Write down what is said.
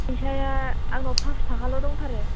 फैसाया आंनाव फासस' थाखाल' दंथारो